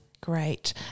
great